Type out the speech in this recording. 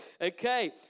Okay